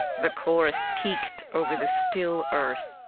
the chorus peaked over the still earth.